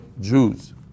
Jews